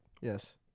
Yes